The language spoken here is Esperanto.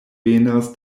venas